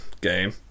game